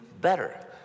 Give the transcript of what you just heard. better